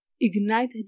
ignite